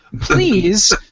Please